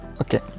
okay